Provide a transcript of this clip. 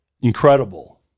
incredible